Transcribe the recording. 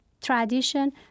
tradition